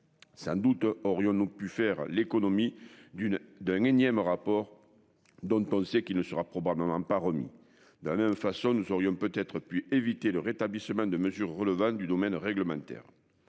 un doute aurions-nous pu faire l'économie d'une d'un énième rapport donne ton dossier qui ne sera probablement pas remis de la même façon, nous aurions peut-être pu éviter le rétablissement de mesures relevant du domaine réglementaire.